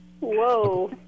Whoa